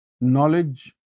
knowledge